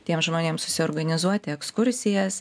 tiems žmonėms susiorganizuoti ekskursijas